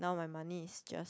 now my money is just